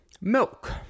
Milk